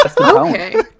okay